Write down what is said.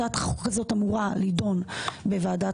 הצעת החוק הזאת אמורה להידון בוועדת